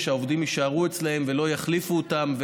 ושהעובדים יישארו אצלם ולא יחליפו אותם.